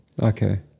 Okay